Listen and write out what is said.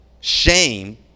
shame